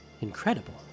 Incredible